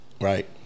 right